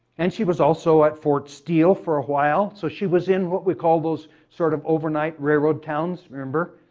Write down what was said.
and she was also at fort steele for a while. so she was in, what we call, those sort of overnight railroad towns remember,